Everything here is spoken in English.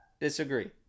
disagree